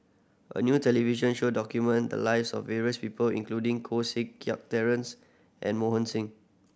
a new television show documented the lives of various people including Koh Seng Kiat Terence and Mohan Singh